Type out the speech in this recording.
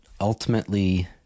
ultimately